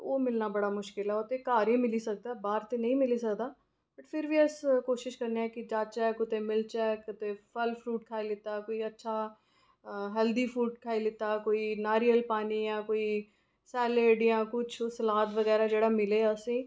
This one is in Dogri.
ओह् मिलना बड़ा मुश्किल होंदा ओह् घर गै मिली सकदा बाहर ते नीं मिली सकदा फिर बी अस्स कोशिश करनेआं कि कुदै जाह्चै कुदै मिलचै कुदै फल फ्रूट खाई लैता कोई अच्छा हैल्दी फ्रूट खाई लैता कोई नारियल पानी जां कोईं सैलेड़िया कुछ सलाद बगैरा मिलै असें गी